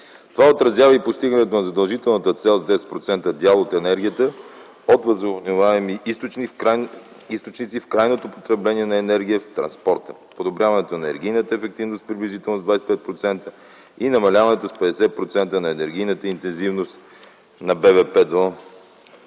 Това отразява и постигането на задължителната цел с 10% дял от енергията от възобновяеми източници в крайното потребление на енергия в транспорта, подобряване на енергийната ефективност приблизително с 25% и намаляването с 50% на енергийната интензивност на БВП до